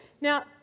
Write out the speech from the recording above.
Now